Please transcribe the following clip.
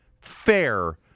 fair